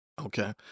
Okay